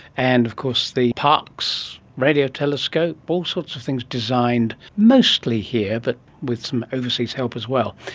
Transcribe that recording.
and of course the parkes radio telescope, all sorts of things designed mostly here but with some overseas help as well.